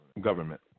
Government